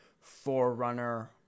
forerunner